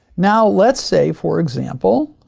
now let's say, for example,